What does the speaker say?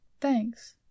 Thanks